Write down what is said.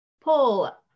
Paul